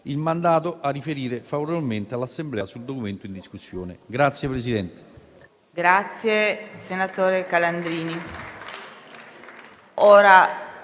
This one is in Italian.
il mandato a riferire favorevolmente all'Assemblea sul Documento in discussione.